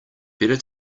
better